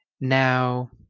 Now